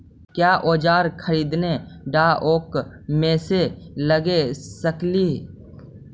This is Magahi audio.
क्या ओजार खरीदने ड़ाओकमेसे लगे सकेली?